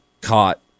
caught